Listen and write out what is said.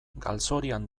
galzorian